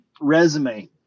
resume